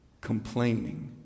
Complaining